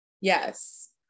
Yes